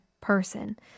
person